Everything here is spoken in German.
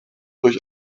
durch